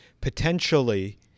potentially